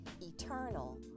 eternal